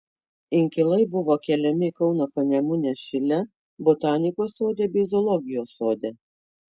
inkilai buvo keliami kauno panemunės šile botanikos sode bei zoologijos sode